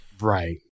Right